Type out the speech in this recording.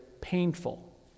painful